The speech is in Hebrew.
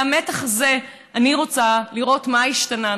מהמתח הזה אני רוצה לראות מה השתנה.